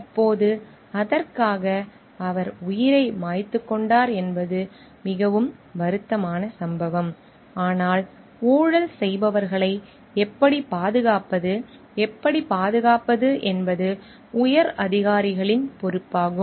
இப்போது அதற்காக அவர் உயிரை மாய்த்துக்கொண்டார் என்பது மிகவும் வருத்தமான சம்பவம் ஆனால் ஊழல் செய்பவர்களை எப்படிப் பாதுகாப்பது எப்படிப் பாதுகாப்பது என்பது உயர் அதிகாரிகளின் பொறுப்பாகும்